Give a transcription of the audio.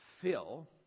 fill